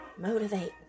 motivate